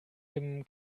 dem